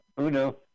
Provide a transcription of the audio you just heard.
Uno